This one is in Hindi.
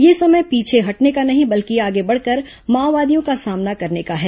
यह समय पीछे हटने का नहीं आगे बढ़कर माओवादियों का सामना करने का है